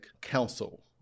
Council